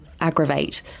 aggravate